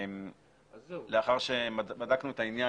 לאחר שבדקנו את העניין,